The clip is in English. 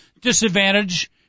disadvantage